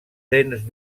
dents